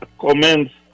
comments